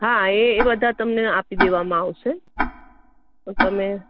હા એ એ બધા તમને આપી દેવામાં આવશે તો તમે